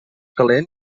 calent